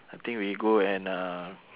I think we go and uh